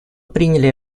приняли